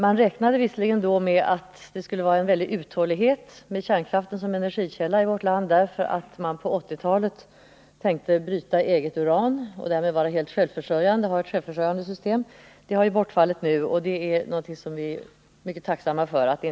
Man räknade visserligen då med att kärnkraften som energikälla i vårt land skulle få stor uthållighet, eftersom man planerade att på 1980-talet bryta eget uran och därmed ha ett självförsörjande system. Det resonemanget har bortfallit nu, och vi är tacksamma för att det inte finns med i dagens svar.